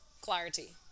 clarity